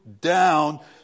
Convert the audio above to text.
down